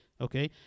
okay